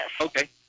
Okay